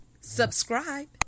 subscribe